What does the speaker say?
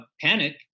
panic